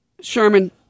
Sherman